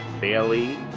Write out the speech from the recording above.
Bailey